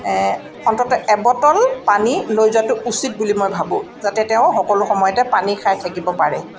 অন্ততঃ এবটল পানী লৈ যোৱাটো উচিত বুলি মই ভাবোঁ যাতে তেওঁ সকলো সময়তে পানী খাই থাকিব পাৰে